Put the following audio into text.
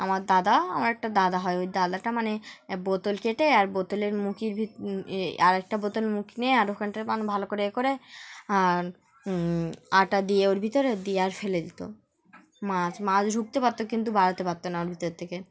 আমার দাদা আমার একটা দাদা হয় ওই দাদাটা মানে বোতল কেটে আর বোতলের মুখির ভিত আরেকটা বোতল মুখি নিয়ে আর ওখানট মান ভালো করে এ করে আর আটা দিয়ে ওর ভিতরে দিয়ে আর ফেলে যেতো মাছ মাছ ঢুকতে পারতো কিন্তু বাড়াতে পারতো না ওর ভিতর থেকে